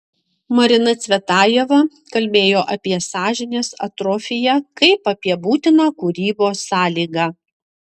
marina cvetajeva kalbėjo apie sąžinės atrofiją kaip apie būtiną kūrybos sąlygą